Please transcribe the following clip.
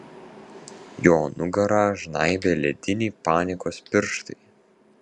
jo nugarą žnaibė lediniai panikos pirštai